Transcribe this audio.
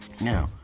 Now